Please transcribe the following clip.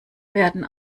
werden